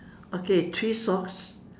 okay three socks